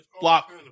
block